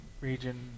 region